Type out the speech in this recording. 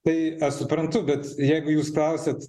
tai aš suprantu bet jeigu jūs klausiat